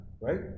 Right